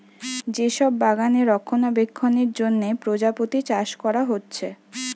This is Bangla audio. যে সব বাগানে রক্ষণাবেক্ষণের জন্যে প্রজাপতি চাষ কোরা হচ্ছে